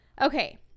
Okay